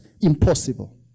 Impossible